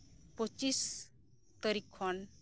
ᱯᱚᱪᱤᱥ ᱛᱟᱹᱨᱤᱠᱷ ᱠᱷᱚᱱ